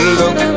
look